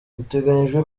biteganyijwe